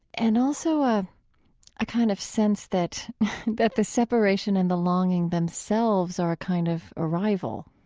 and also ah a kind of sense that that the separation and the longing themselves are a kind of arrival